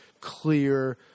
clear